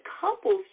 couples